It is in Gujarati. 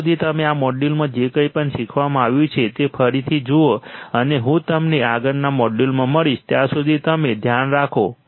ત્યાં સુધી તમે આ મોડ્યુલમાં જે કંઈ શીખવવામાં આવ્યું છે તે ફરીથી જુઓ અને હું તમને આગળના મોડ્યુલમાં મળીશ ત્યાં સુધી તમે ધ્યાન રાખશો